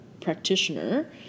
practitioner